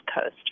Coast